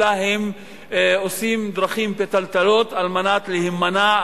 אלא עושים דרכים פתלתלות על מנת להימנע,